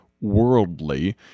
worldly